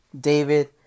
David